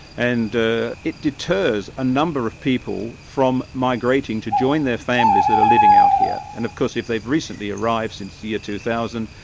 and it deters a number of people from migrating to join their families that are living out here. and of course if they've recently arrived since the year two thousand,